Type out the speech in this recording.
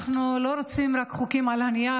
אנחנו לא רוצים רק חוקים על הנייר,